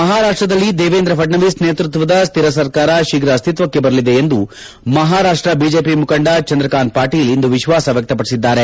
ಮಹಾರಾಷ್ಟದಲ್ಲಿ ದೇವೇಂದ್ರ ಫಡ್ನವೀಸ್ ನೇತೃತ್ವದ ಸ್ತಿರ ಸರ್ಕಾರ ಶೀಫ್ರ ಅಸ್ಥಿತ್ವಕ್ಕೆ ಬರಲಿದೆ ಎಂದು ಮಹಾರಾಷ್ಟ್ ಬಿಜೆಪಿ ಮುಖಂದ ಚಂದ್ರಕಾಂತ್ ಪಾಟೀಲ್ ಇಂದು ವಿಶ್ವಾಸ ವ್ಯಕ್ತಪಡಿಸಿದ್ದಾರೆ